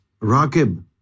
Rakib